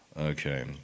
Okay